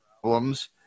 problems